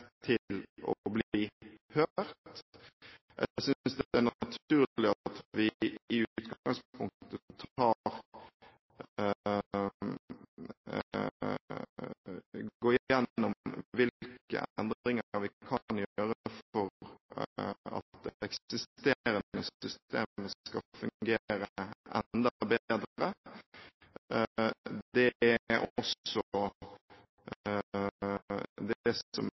til å bli hørt. Jeg synes det er naturlig at vi i utgangspunktet går gjennom hvilke endringer vi kan gjøre for at det eksisterende systemet skal fungere enda bedre. Det er også det som